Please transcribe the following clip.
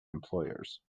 employers